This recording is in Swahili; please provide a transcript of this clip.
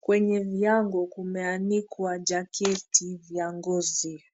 kwenye miango kumeanikwa jaketi vya ngozi.